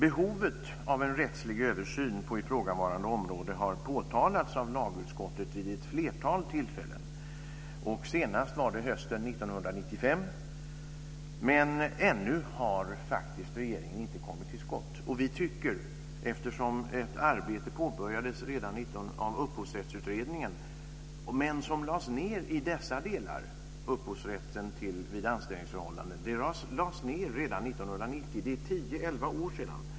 Behovet av en rättslig översyn på ifrågavarande område har påpekats av lagutskottet vid ett flertal tillfällen, senast hösten 1995, men ännu har regeringen faktiskt inte kommit till skott. Ett arbete om upphovsrätten vid anställningsförhållande påbörjades redan av Upphovsrättsutredningen men lades ned redan 1990. Det är tio, elva år sedan.